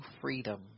freedom